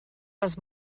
les